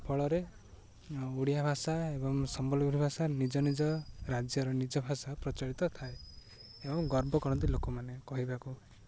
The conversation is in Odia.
ଫଳରେ ଓଡ଼ିଆ ଭାଷା ଏବଂ ସମ୍ବଲପୁରୀ ଭାଷା ନିଜ ନିଜ ରାଜ୍ୟର ନିଜ ଭାଷା ପ୍ରଚଳିତ ଥାଏ ଏବଂ ଗର୍ବ କରନ୍ତି ଲୋକମାନେ କହିବାକୁ